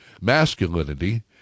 masculinity